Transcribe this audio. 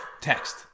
text